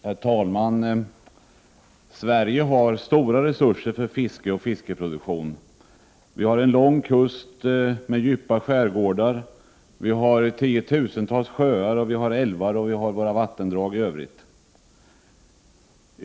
Herr talman! Sverige har stora resurser för fiske och fiskeproduktion. Vi har en lång kust med djupa skärgårdar, vi har tiotusentals sjöar, och vi har våra älvar och våra vattendrag.